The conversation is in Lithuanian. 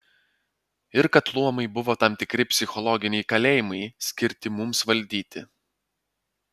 ir kad luomai buvo tam tikri psichologiniai kalėjimai skirti mums valdyti